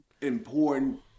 important